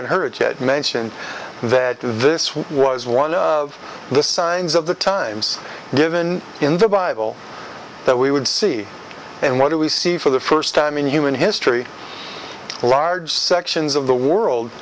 heard mentioned that this was one of the signs of the times given in the bible that we would see and what do we see for the first time in human history large sections of the world